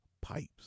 pipes